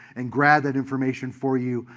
and grab that information for you,